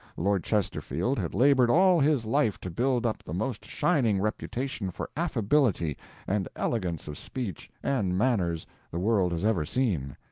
lord chesterfield had laboured all his life to build up the most shining reputation for affability and elegance of speech and manners the world has ever seen.